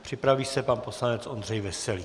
Připraví se pan poslanec Ondřej Veselý.